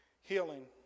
healing